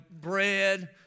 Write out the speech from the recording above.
bread